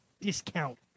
discount